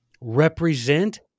represent